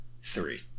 Three